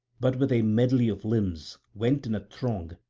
but with a medley of limbs, went in a throng,